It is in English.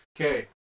Okay